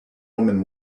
women